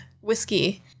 whiskey